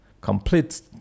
complete